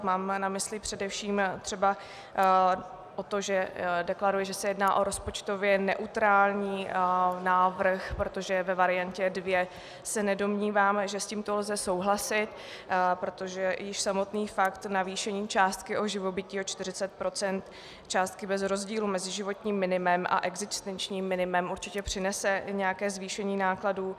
Mám na mysli především třeba to, že se deklaruje, že se jedná o rozpočtově neutrální návrh, protože ve variantě dvě se nedomníváme, že s tímto lze souhlasit, protože již samotný fakt navýšení částky o živobytí o 40 % částky rozdílu mezi životním minimem a existenčním minimem určitě přinese nějaké zvýšení nákladů.